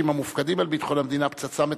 המופקדים על ביטחון המדינה "פצצה מתקתקת".